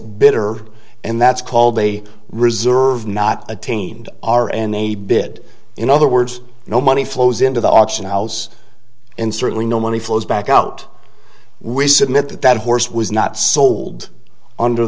bidder and that's called a reserve not attained are in a bid in other words no money flows into the auction house and certainly no money flows back out we submit that that horse was not sold under